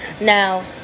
now